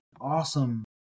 awesome